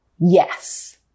Yes